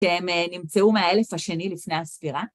‫שהם נמצאו מהאלף השני לפני הספירה.